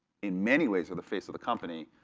in many ways are the face of the company.